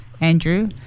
Andrew